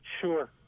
Sure